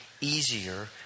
easier